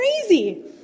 crazy